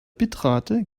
bitrate